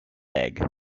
egg